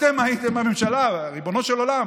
אתם הייתם בממשלה, ריבונו של עולם.